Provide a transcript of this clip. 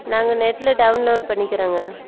நாங்கள் நெட்டில் டவுன்லோட் பண்ணிக்கிறேங்க